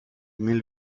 mil